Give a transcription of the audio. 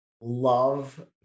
love